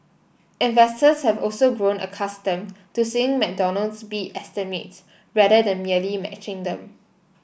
investors have also grown accustomed to seeing McDonald's beat estimates rather than merely matching them